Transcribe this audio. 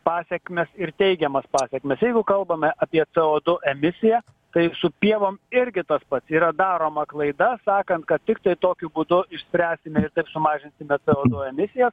pasekmes ir teigiamas pasekmes jeigu kalbame apie co du emisiją tai su pievom irgi tas pats yra daroma klaida sakant kad tiktai tokiu būdu išspręsime ir taip sumažinsime co du emisiją